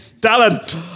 talent